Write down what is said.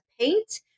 paint